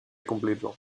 cumplirlo